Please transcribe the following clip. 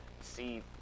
see